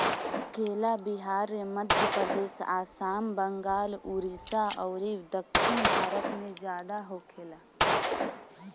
केला बिहार, मध्यप्रदेश, आसाम, बंगाल, उड़ीसा अउरी दक्षिण भारत में ज्यादा होखेला